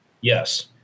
Yes